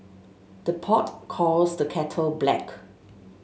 the pot calls the kettle black